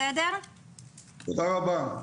תודה רבה.